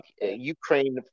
Ukraine